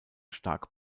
stark